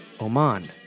Oman